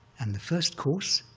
and the first course,